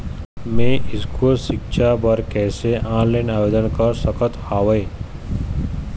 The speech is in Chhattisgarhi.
मैं स्कूल सिक्छा बर कैसे ऑनलाइन आवेदन कर सकत हावे?